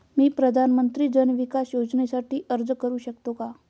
मी प्रधानमंत्री जन विकास योजनेसाठी अर्ज करू शकतो का?